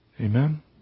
Amen